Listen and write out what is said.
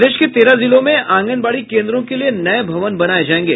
प्रदेश के तेरह जिलों में आंगनबाड़ी केंद्रों के लिये नये भवन बनाये जायेंगे